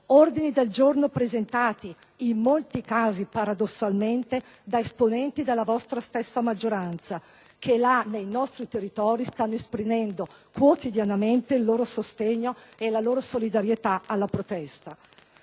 ordini del giorno presentati in molti casi, paradossalmente, da esponenti della vostra stessa maggioranza, che nei nostri territori stanno esprimendo quotidianamente il loro sostegno e la loro solidarietà alla protesta.